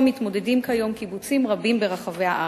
מתמודדים כיום קיבוצים רבים ברחבי הארץ.